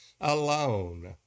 alone